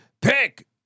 pick